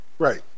Right